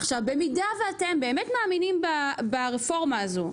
עכשיו, במידה ואתם באמת מאמינים ברפורמה הזו,